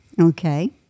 Okay